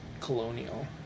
colonial